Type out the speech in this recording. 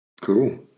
Cool